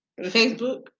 Facebook